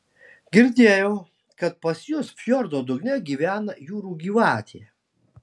girdėjau kad pas jus fjordo dugne gyvena jūrų gyvatė